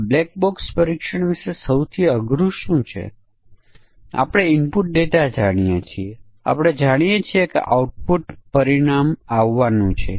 ચાલો કહીએ કે ઇનપુટ એ સંખ્યાનો પૂર્ણાંક છે ચાલો આપણે કહીએ કે 99 અને 99 વચ્ચેની સંખ્યા